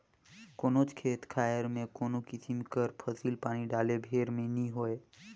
कोनोच खेत खाएर में कोनो किसिम कर फसिल पानी डाले भेर में नी होए